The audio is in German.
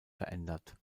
verändert